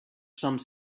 some